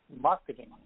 marketing